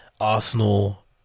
Arsenal